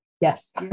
Yes